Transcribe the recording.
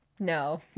No